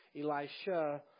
Elisha